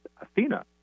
Athena